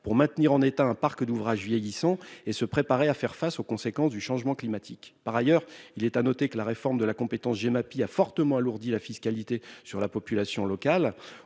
pour maintenir en état un parc d'ouvrages vieillissants et se préparer à faire face aux conséquences du changement climatique. Par ailleurs, il est à noter que la réforme de la compétence Gemapi a fortement alourdi la fiscalité sur la population locale.